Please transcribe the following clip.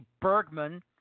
Bergman